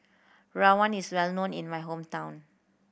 rawon is well known in my hometown